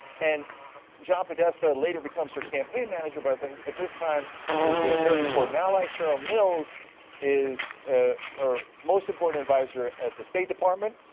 and john podesta later becomes her campaign manager but and at this time is a very important ally. cheryl mills is ah her most important advisor at the state department,